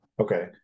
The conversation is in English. Okay